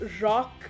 rock